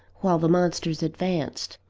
while the monsters advanced.